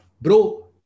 Bro